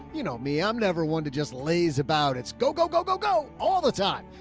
you know me? i'm never one to just laze about it's go, go, go, go, go all the time.